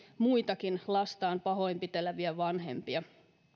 muitakin lastaan pahoinpiteleviä vanhempia